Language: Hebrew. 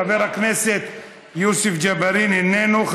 חבר הכנסת יוסף ג'בארין, איננו.